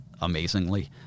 amazingly